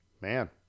man